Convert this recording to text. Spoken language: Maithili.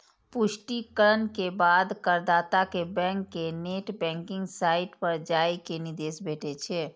पुष्टिकरण के बाद करदाता कें बैंक के नेट बैंकिंग साइट पर जाइ के निर्देश भेटै छै